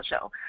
show